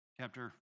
chapter